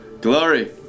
Glory